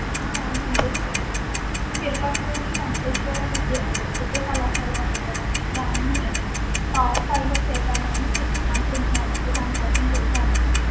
అవునండి తిరుపతిలోని వెంకటేశ్వర విద్యా విద్యా కళాశాల ఉంది కదా దాన్ని టాప్ ఫైవ్లో చేద్దామని అనుకుంటున్నామండీ దాని కోసం పిలిచాను మిమ్మల్ని